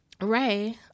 Ray